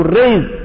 raise